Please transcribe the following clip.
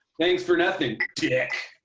thanks for nothing, dick!